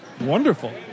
Wonderful